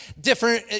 Different